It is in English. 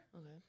Okay